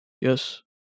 Yes